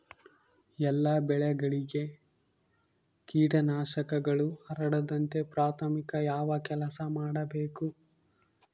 ಎಲ್ಲ ಬೆಳೆಗಳಿಗೆ ಕೇಟನಾಶಕಗಳು ಹರಡದಂತೆ ಪ್ರಾಥಮಿಕ ಯಾವ ಕೆಲಸ ಮಾಡಬೇಕು?